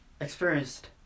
experienced